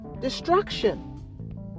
destruction